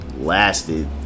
lasted